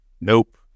Nope